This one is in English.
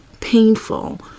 painful